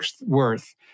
worth